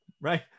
Right